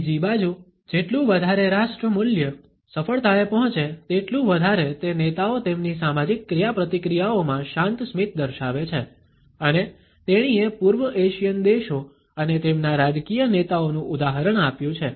બીજી બાજુ જેટલું વધારે રાષ્ટ્ર મૂલ્ય સફળતાએ પહોંચે તેટલું વધારે તે નેતાઓ તેમની સામાજિક ક્રિયાપ્રતિક્રિયાઓમાં શાંત સ્મિત દર્શાવે છે અને તેણીએ પૂર્વ એશિયન દેશો અને તેમના રાજકીય નેતાઓનું ઉદાહરણ આપ્યું છે